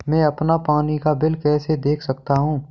मैं अपना पानी का बिल कैसे देख सकता हूँ?